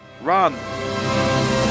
Run